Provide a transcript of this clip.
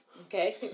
okay